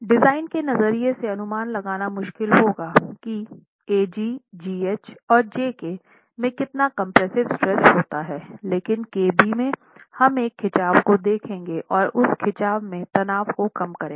design के नज़रिए से अनुमान लगाना मुश्किल होगा की AG GH और JK में कितना कंप्रेसिव स्ट्रेस होता है लेकिन KB में हम एक खिंचाव को देखेंगे और उस खिंचाव में तनाव को कम करेंगे